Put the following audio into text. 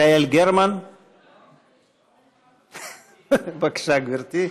יעל גרמן, בבקשה, גברתי.